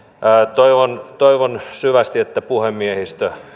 toivon toivon syvästi että puhemiehistö